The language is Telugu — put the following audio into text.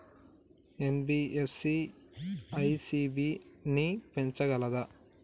ఎన్.బి.ఎఫ్.సి ఇ.సి.బి ని పెంచగలదా?